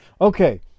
Okay